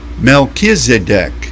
Melchizedek